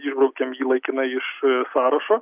išbraukėm jį laikinai iš sąrašo